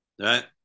Right